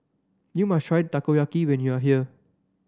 you must try Takoyaki when you are here